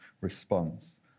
response